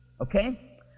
Okay